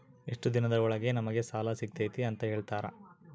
ಎಷ್ಟು ದಿನದ ಒಳಗೆ ನಮಗೆ ಸಾಲ ಸಿಗ್ತೈತೆ ಅಂತ ಹೇಳ್ತೇರಾ?